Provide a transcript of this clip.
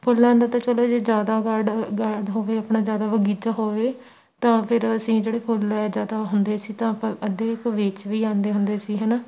ਫੁੱਲਾਂ ਦਾ ਤਾਂ ਚਲੋ ਜੇ ਜ਼ਿਆਦਾ ਗਾਡ ਗਾਡ ਹੋਵੇ ਆਪਣਾ ਜ਼ਿਆਦਾ ਬਗੀਚਾ ਹੋਵੇ ਤਾਂ ਫਿਰ ਅਸੀਂ ਜਿਹੜੇ ਫੁੱਲ ਜ਼ਿਆਦਾ ਹੁੰਦੇ ਸੀ ਤਾਂ ਆਪਾਂ ਅੱਧੇ ਕੁ ਵੇਚ ਵੀ ਆਉਂਦੇ ਹੁੰਦੇ ਸੀ ਹੈ ਨਾ